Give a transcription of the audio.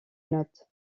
notes